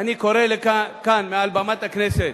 אני קורא כאן מעל במת הכנסת: